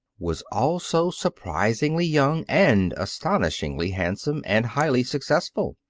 was also surprisingly young and astonishingly handsome and highly successful.